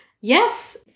Yes